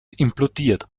implodiert